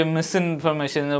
Misinformation